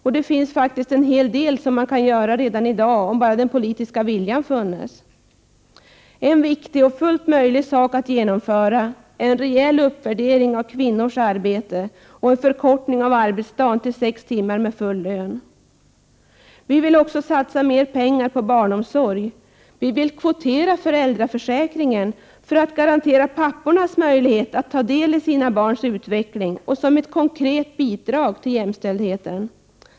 Man kan faktiskt göra en hel del redan i dag om bara den politiska viljan funnes. En viktig och fullt möjlig sak att genomföra är en rejäl uppvärdering av kvinnors arbete och en förkortning av arbetsdagen till sex timmar med full lön. Vi vill också satsa mer pengar på barnomsorg och kvotera föräldraförsäkringen, för att garantera pappornas möjlighet att ta del av sina barns utveckling och som ett konkret bidrag till jämställheten.